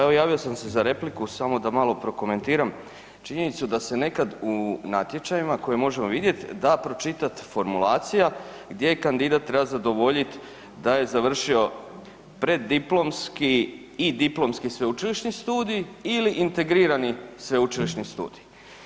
Pa evo javio sam se za repliku samo da malo prokomentiram činjenicu da se nekad u natječajima koje možemo vidjet, da pročitat formulacija gdje kandidat treba zadovoljit da je završio preddiplomski i diplomski sveučilišni studij ili integrirani sveučilišni studij.